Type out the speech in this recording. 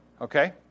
Okay